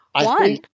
One